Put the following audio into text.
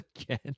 again